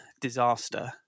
disaster